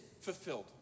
fulfilled